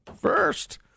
First